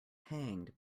hanged